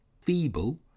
Feeble